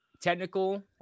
technical